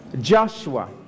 Joshua